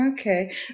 okay